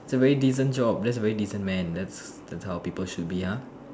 that's a very decent job that's a very decent man that's that's how people should be ah